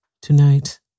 Tonight